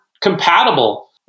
compatible